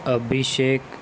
અભિષેક